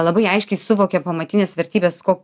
labai aiškiai suvokėm pamatines vertybes ko